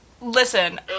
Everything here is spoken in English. Listen